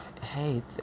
Hey